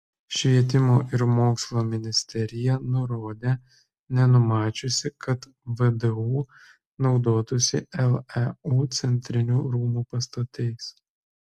švietimo ir mokslo ministerija nurodė nenumačiusi kad vdu naudotųsi leu centrinių rūmų pastatais